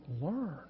learn